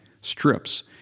strips